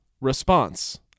response